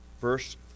verse